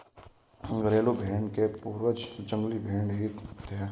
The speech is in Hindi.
घरेलू भेंड़ के पूर्वज जंगली भेंड़ ही है